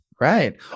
Right